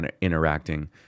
interacting